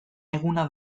eguna